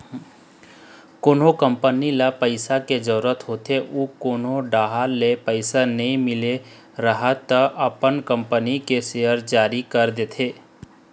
कोनो कंपनी ल पइसा के जरूरत होथे अउ कोनो डाहर ले पइसा नइ मिलत राहय त अपन कंपनी के सेयर जारी कर देथे